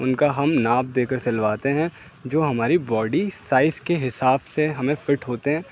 ان کا ہم ناپ دے کر سلواتے ہیں جو ہماری باڈی سائز کے حساب سے ہمیں فٹ ہوتے ہیں